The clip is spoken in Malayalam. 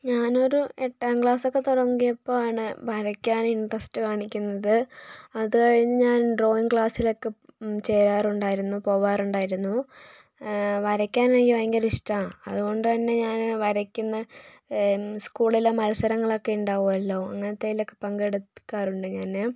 ഞാനൊരു എട്ടാം ക്ലാസ്സൊക്കെ തുടങ്ങിയപ്പോൾ ആണ് വരയ്ക്കാൻ ഇന്ററെസ്റ്റ് കാണിക്കുന്നത് അതുകഴിഞ്ഞ് ഞാൻ ഡ്രോയിങ്ങ് ക്ലാസ്സിലൊക്കെ ചേരാറുണ്ടായിരുന്നു പോവാറുണ്ടായിരുന്നു വരയ്ക്കാനെനിക്ക് ഭയങ്കര ഇഷ്ടമാണ് അതുകൊണ്ട് തന്നെ ഞാൻ വരയ്ക്കുന്ന സ്കൂളിലെ മത്സരങ്ങളൊക്കെ ഉണ്ടാകുമല്ലോ അങ്ങനത്തേതിലൊക്കെ പങ്കെടുക്കാറുണ്ട് ഞാൻ